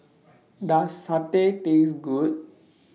Does Satay Taste Good